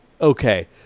okay